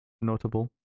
notable